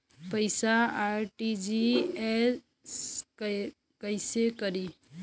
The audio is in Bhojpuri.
पैसा आर.टी.जी.एस कैसे करी?